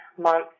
months